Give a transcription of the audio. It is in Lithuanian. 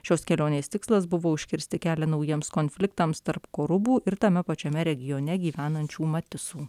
šios kelionės tikslas buvo užkirsti kelią naujiems konfliktams tarp korubų ir tame pačiame regione gyvenančių matisų